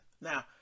now